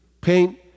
paint